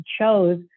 chose